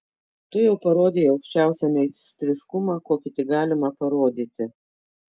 tu jau parodei aukščiausią meistriškumą kokį tik galima parodyti